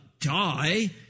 die